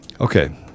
Okay